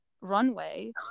runway